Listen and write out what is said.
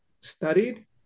studied